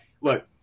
look